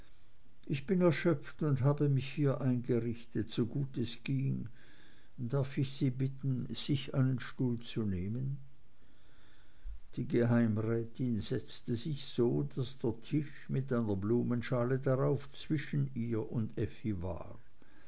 ich bin erschöpft und habe mich hier eingerichtet so gut es ging darf ich sie bitten sich einen stuhl zu nehmen die geheimrätin setzte sich so daß der tisch mit einer blumenschale darauf zwischen ihr und effi war